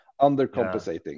undercompensating